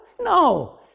No